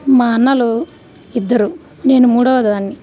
మా అన్నలు ఇద్దరు నేను మూడవ దాన్ని